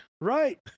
Right